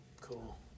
Cool